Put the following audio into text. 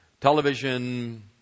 television